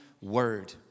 word